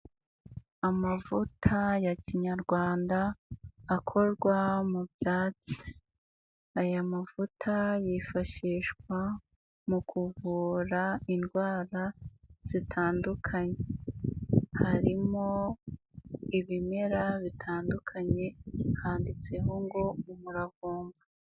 Amavuta ya kinyarwanda akorwa mu byatsi, aya mavuta yifashishwa mu kuvura indwara zitandukanye, harimo ibimera bitandukanye handitseho ngo umuravumba.